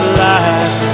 life